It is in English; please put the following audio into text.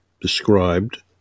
described